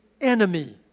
enemy